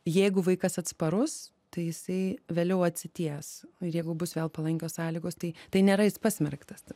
jeigu vaikas atsparus tai jisai vėliau atsities ir jeigu bus vėl palankios sąlygos tai tai nėra jis pasmerktas